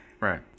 right